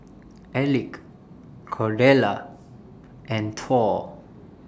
Elick Cordella and Thor